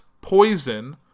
POISON